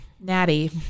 Natty